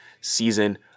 season